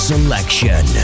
Selection